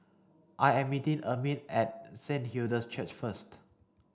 I am meeting Ermine at Saint Hilda's Church first